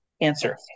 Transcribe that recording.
answer